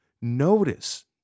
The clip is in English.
Notice